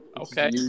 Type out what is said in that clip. Okay